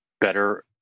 better